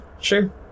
sure